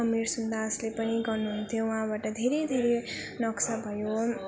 अमिर सुन्दासले पनि गर्नु हुन्थ्यो उहाँबाट धेरै धेरै नक्सा भयो